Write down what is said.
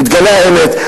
תתגלה האמת,